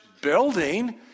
building